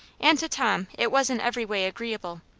and to tom it was in every way agreeable.